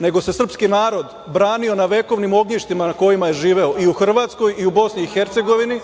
nego se srpski narod branio na vekovnim ognjištima na kojima je živeo i u Hrvatskoj i u Bosni i Hercegovini,